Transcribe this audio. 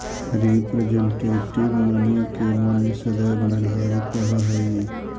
representative money के मूल्य सदैव निर्धारित रहऽ हई